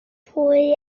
pwy